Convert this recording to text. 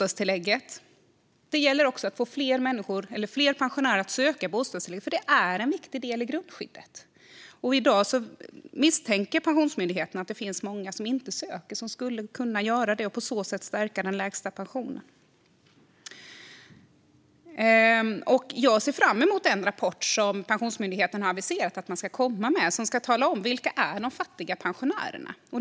Det gäller också att få fler pensionärer att söka bostadstillägg, för det är en viktig del i grundskyddet. I dag misstänker Pensionsmyndigheten att det finns många som inte söker men skulle kunna göra det och på så sätt stärka sin låga pension. Jag ser fram emot den rapport som Pensionsmyndigheten har aviserat, som ska tala om vilka de fattiga pensionärerna är.